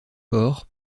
porcs